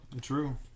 True